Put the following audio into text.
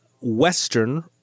Western